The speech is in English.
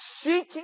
seeking